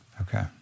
okay